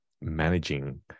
managing